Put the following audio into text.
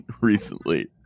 recently